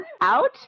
out